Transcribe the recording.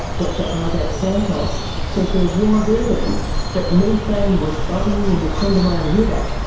dr isaac santos said there was evidence that methane was bubbling in the condamine river.